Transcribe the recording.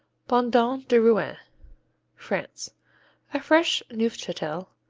bondon de rouen france a fresh neufchatel,